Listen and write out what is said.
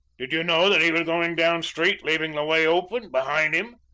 did you know that he was going down street, leaving the way open behind him?